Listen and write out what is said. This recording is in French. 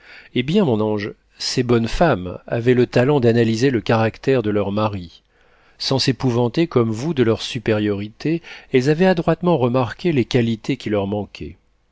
eh bien mon ange ces bonnes femmes avaient le talent d'analyser le caractère de leurs maris sans s'épouvanter comme vous de leurs supériorités elles avaient adroitement remarqué les qualités qui leur manquaient